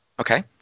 Okay